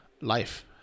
life